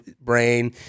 brain